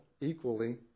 equally